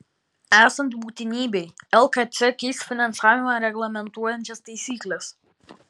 esant būtinybei lkc keis finansavimą reglamentuojančias taisykles